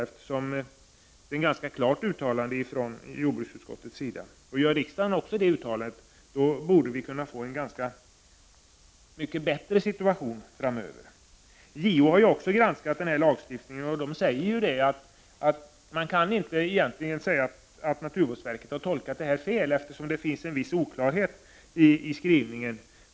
Det är ju fråga om ett ganska klart uttalande från jordbruksutskottet. Om också riksdagen gör detta uttalande borde situationen bli bättre framöver. Även JO har granskat lagstiftningen, och JO menar att det egentligen inte kan göras gällande att naturvårdsverket har gjort en felaktig tolkning, eftersom det finns en viss oklarhet i skrivningen.